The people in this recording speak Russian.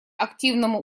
активному